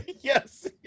Yes